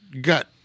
gut